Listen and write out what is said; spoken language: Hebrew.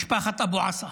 משפחת אבו עסא.